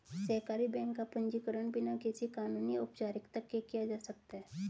सहकारी बैंक का पंजीकरण बिना किसी कानूनी औपचारिकता के किया जा सकता है